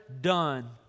done